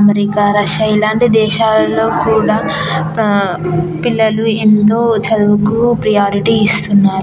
America Russia ఇలాంటి దేశాలలో కూడా పిల్లలు ఎన్నో చదువుకు ప్రయారిటీ ఇస్తున్నారు